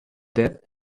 dead